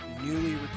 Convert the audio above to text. newly